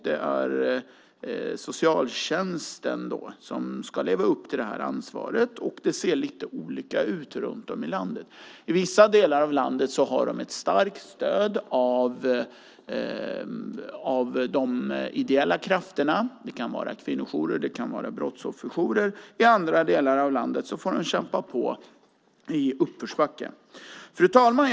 Det är socialtjänsten som ska leva upp till ansvaret, och det ser lite olika ut runt om i landet. I vissa delar av landet har de ett starkt stöd av de ideella krafterna. Det kan vara kvinnojourer, och det kan vara brottsofferjourer. I andra delar av landet får de kämpa på i uppförsbacke. Fru talman!